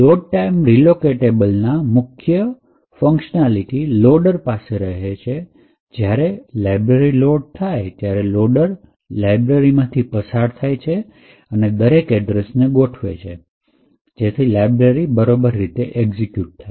load time relocatable મા મુખ્ય functionality loader પાસે રહે છે જ્યારે લાઈબ્રેરી લોડ થાય છે ત્યારે લોડર લાઈબ્રેરી માંથી પસાર થાય છે અને દરેક એડ્રેસ ને ગોઠવે છે કે જેથી લાઈબ્રેરી બરોબર રીતે એક્ઝિક્યુટ થાય